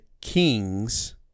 kings